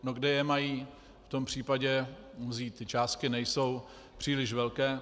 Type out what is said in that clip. No, kde je mají v tom případě vzít, ty částky nejsou příliš velké.